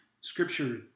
scripture